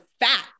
fat